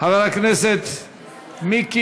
אלי כהן.